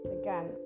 Again